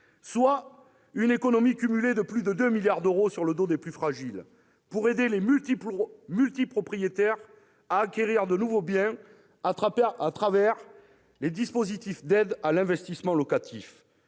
soit une économie cumulée de plus de 2 milliards d'euros sur le dos des plus fragiles, pour aider les multipropriétaires à acquérir de nouveaux biens les dispositifs d'aide à l'investissement locatif.